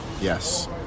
yes